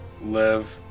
Live